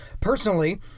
personally